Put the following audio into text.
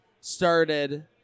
started